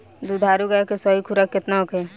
दुधारू गाय के सही खुराक केतना होखे?